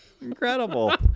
Incredible